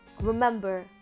Remember